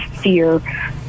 fear